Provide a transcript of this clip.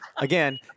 Again